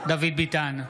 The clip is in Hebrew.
דוד ביטן,